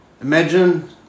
imagine